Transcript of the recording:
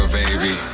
baby